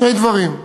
שני דברים: